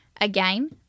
Again